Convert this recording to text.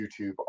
YouTube